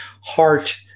heart